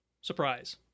Surprise